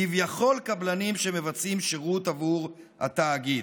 כביכול קבלנים שמבצעים שירות בעבור התאגיד.